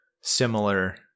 similar